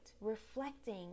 reflecting